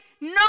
no